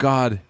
God